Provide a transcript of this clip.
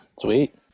Sweet